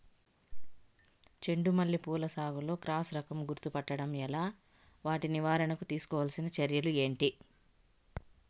చెండు మల్లి పూల సాగులో క్రాస్ రకం గుర్తుపట్టడం ఎలా? వాటి నివారణకు తీసుకోవాల్సిన చర్యలు ఏంటి?